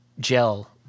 gel